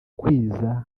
kwiza